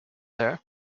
there